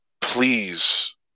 please